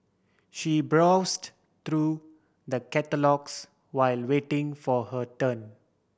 she browsed through the catalogues while waiting for her turn